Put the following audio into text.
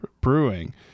brewing